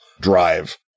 drive